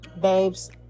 babes